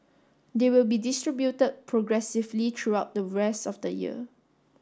they will be distributed progressively throughout the rest of the year